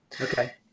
Okay